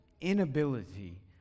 inability